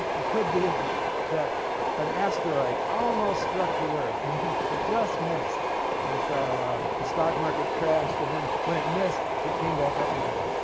it could be that an asteroid almost struck the earth and then it just missed and so the stock market crashed. and then when it missed it came back up again,